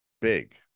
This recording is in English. big